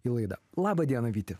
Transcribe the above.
į laidą labą dieną vyti